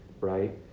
Right